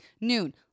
noon